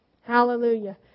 Hallelujah